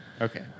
Okay